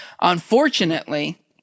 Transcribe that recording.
Unfortunately